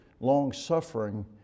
long-suffering